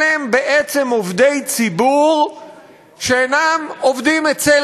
אלה הם בעצם עובדי ציבור שאינם עובדים אצל